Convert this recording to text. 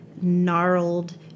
gnarled